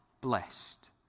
blessed